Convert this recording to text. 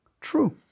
True